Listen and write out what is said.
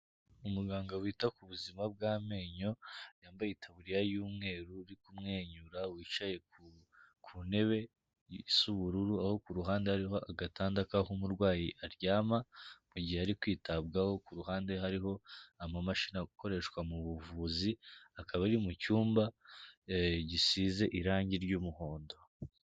Umuganga wita ku buzima bw'amenyo, wambaye itaburiya y'umweru uri kumwenyura wicaye ku ntebe isa ubururu, aho ku ruhande hariho agatanda k'aho umurwayi aryama, mu gihe ari kwitabwaho, ku ruhande hariho amamashini akoreshwa mu buvuzi, akaba ari mu cyumba gisize irangi ry'umuhondo.